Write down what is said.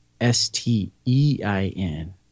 S-T-E-I-N